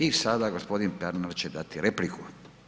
I sada gospodin Pernar će dati repliku.